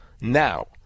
now